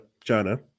China